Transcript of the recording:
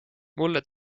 mulle